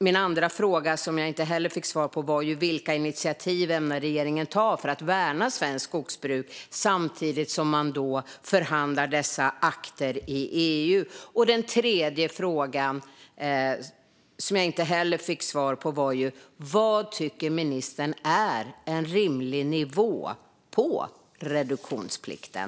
Min andra fråga, som jag inte heller fick svar på, var vilka initiativ regeringen ämnar ta för att värna svenskt skogsbruk samtidigt som man förhandlar dessa akter i EU. Den tredje frågan, som jag inte heller fick svar på, var vad ministern tycker är en rimlig nivå på reduktionsplikten.